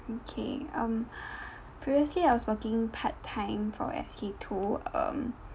okay um previously I was working part time for SK two um